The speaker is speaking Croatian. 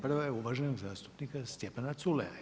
Prva je uvaženog zastupnika Stjepana Culeja.